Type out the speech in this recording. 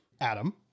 Adam